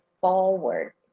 forward